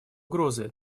угрозы